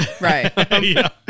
Right